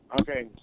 Okay